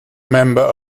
member